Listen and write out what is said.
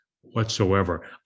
whatsoever